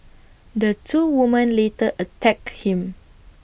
the two women later attacked him